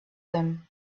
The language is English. them